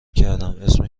کردماسم